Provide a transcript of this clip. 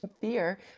fear